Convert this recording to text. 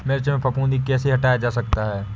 मिर्च में फफूंदी कैसे हटाया जा सकता है?